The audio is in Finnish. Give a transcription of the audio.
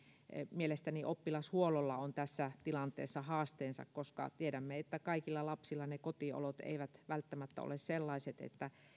mielestäni myöskin oppilashuollolla on tässä tilanteessa haasteensa koska tiedämme että kaikilla lapsilla ne kotiolot eivät välttämättä ole sellaiset että